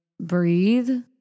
breathe